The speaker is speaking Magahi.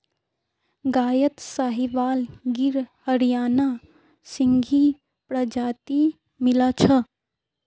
गायत साहीवाल गिर हरियाणा सिंधी प्रजाति मिला छ